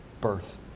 birth